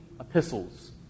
epistles